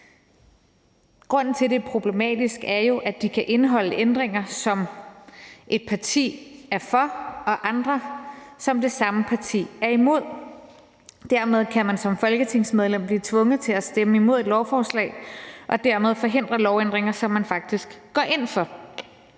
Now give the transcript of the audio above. Grunden til, at det er problematisk, er jo, at de kan indeholde ændringer, som et parti er for, og andre, som det samme parti er imod. Dermed kan man som folketingsmedlem blive tvunget til at stemme imod et lovforslag og dermed forhindre lovændringer, som man faktisk går ind for.